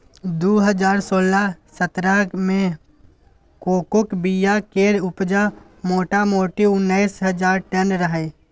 दु हजार सोलह सतरह मे कोकोक बीया केर उपजा मोटामोटी उन्नैस हजार टन रहय